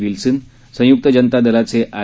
Wilson संयुक्त जनता दलाचे आर